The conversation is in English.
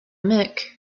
mick